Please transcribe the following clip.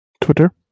twitter